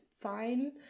fine